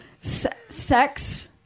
sex